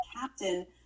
Captain